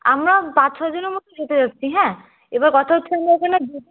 আমরা পাঁচ ছ জনের মতো যেতে চাইছি হ্যাঁ এবার কথা হচ্ছে আমরা ওখানে দুদিন